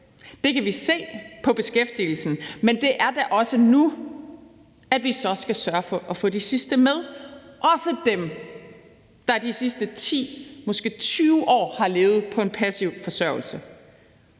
Det kan vi se på beskæftigelsen, men det er da også nu, vi så skal sørge for at få de sidste med, også dem, der i de sidste 10 eller måske 20 år har levet på en passiv forsørgelse.